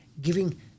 giving